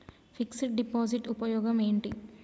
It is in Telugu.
ఫిక్స్ డ్ డిపాజిట్ ఉపయోగం ఏంటి?